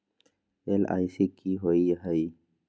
LIC की होअ हई?